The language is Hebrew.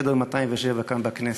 חדר 207 כאן בכנסת,